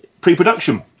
pre-production